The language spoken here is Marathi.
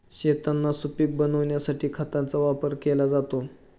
शेतांना सुपीक बनविण्यासाठी खतांचा वापर केला जातो